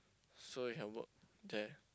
so you can work there